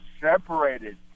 separated